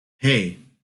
hey